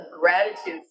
gratitude